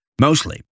Mostly